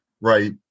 right